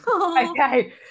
okay